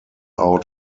out